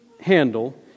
handle